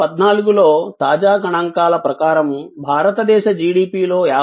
2014 లో తాజా గణాంకాల ప్రకారం భారతదేశ జిడిపిలో 59